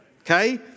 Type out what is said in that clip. Okay